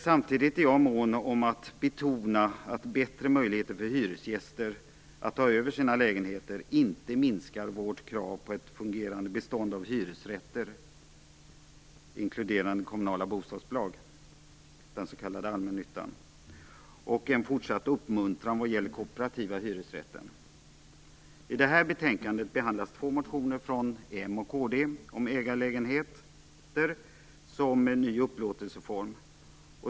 Samtidigt är jag mån om att betona att bättre möjligheter för hyresgäster att ta över sina lägenheter inte minskar vårt krav på ett fungerande bestånd av hyresrätter - inkluderande kommunala bostadsbolag, den s.k. allmännyttan - och en fortsatt uppmuntran vad gäller den kooperativa hyresrätten. I detta betänkande behandlas två motioner som är väckta av Moderaterna och Kristdemokraterna och som handlar om ägarlägenheten som en ny upplåtelseform.